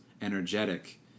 energetic